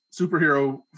superhero